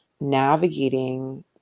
navigating